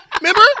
Remember